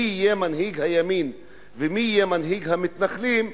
מי יהיה מנהיג הימין ומי יהיה מנהיג המתנחלים,